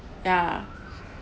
yeah